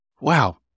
wow